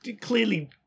clearly